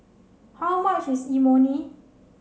how much is Imoni